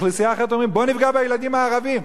אוכלוסייה אחרת אומרת: בוא נפגע בילדים הערבים.